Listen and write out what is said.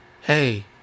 hey